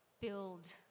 build